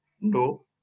No